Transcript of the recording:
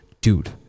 Dude